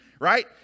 right